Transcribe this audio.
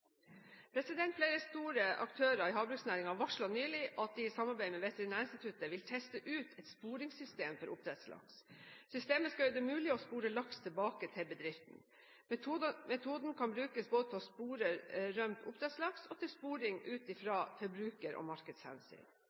Flere store aktører i havbruksnæringen varslet nylig at de i samarbeid med Veterinærinstituttet vil teste ut et sporingssystem for oppdrettslaks. Systemet skal gjøre det mulig å spore laks tilbake til bedriften. Metoden kan brukes både til sporing av rømt oppdrettslaks og til sporing ut fra forbruker- og markedshensyn.